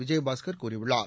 விஜயபாஸ்கர் கூறியுள்ளார்